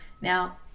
Now